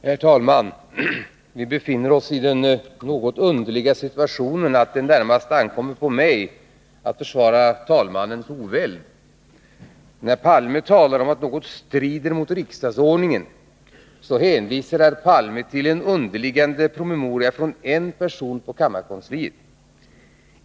Herr talman! Vi befinner oss i den något underliga situationen att det närmast ankommer på mig att försvara talmannens oväld. När herr Palme talar om att något strider mot riksdagsordningen, hänvisar han till en promemoria från en person på kammarkansliet.